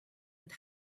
and